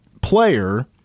player